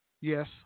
Yes